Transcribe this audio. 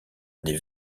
des